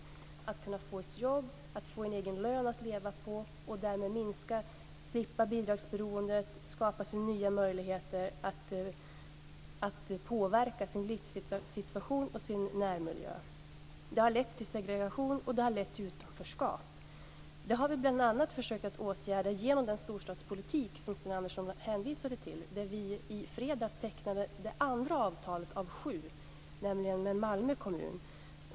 Det handlar om att kunna få ett jobb, att få en egen lön att leva på och därmed slippa bidragsberoendet och skapa sig nya möjligheter att påverka sin livssituation och sin närmiljö. Det har lett till segregation och utanförskap. Det har vi bl.a. försökt att åtgärda genom den storstadspolitik som Sten Andersson hänvisade till. Vi tecknade i fredags med Malmö kommun det andra avtalet av sju.